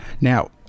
Now